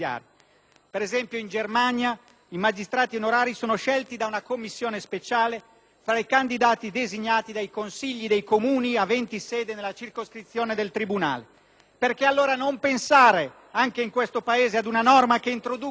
fra i candidati designati dai consigli dei Comuni aventi sede nella circoscrizione del tribunale. Perché allora non pensare anche in questo Paese ad una norma che introduca un procedimento di individuazione dei candidati all'ufficio del giudice di pace o del giudice onorario